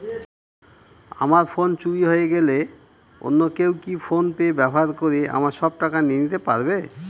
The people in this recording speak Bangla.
আমার ফোন চুরি হয়ে গেলে অন্য কেউ কি ফোন পে ব্যবহার করে আমার সব টাকা নিয়ে নিতে পারবে?